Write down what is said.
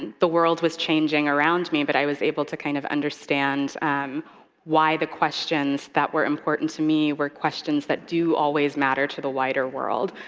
and the world was changing around me, but i was able to kind of understand why the questions that were important to me were questions that do always matter to the wider world.